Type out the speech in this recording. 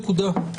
נקודה.